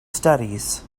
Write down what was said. studies